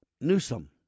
Newsom